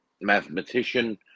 mathematician